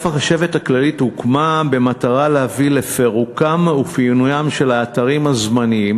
החשבת הכללית הוקמה במטרה להביא לפירוקם ופינוים של האתרים הזמניים